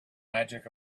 magic